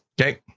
Okay